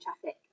traffic